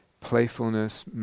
playfulness